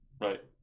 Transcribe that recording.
Right